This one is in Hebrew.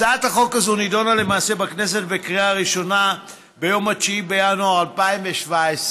הצעת החוק הזאת נדונה בכנסת בקריאה הראשונה ביום 9 בינואר 2017,